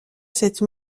cette